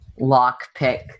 lockpick